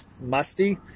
Musty